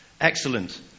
Excellent